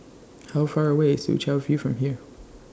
How Far away IS Soo Chow View from here